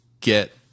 get